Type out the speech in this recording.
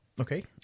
Okay